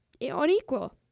unequal